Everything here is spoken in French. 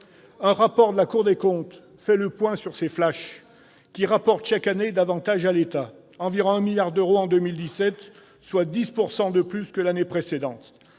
Un rapport de la Cour des comptes fait le point sur ces flashs, qui rapportent chaque année davantage à l'État : 1 milliard d'euros en 2017, soit 10 % de plus que l'année précédente.